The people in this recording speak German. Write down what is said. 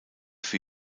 für